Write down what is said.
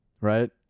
Right